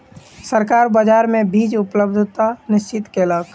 सरकार बाजार मे बीज उपलब्धता निश्चित कयलक